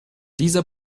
dieser